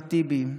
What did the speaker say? אחמד טיבי,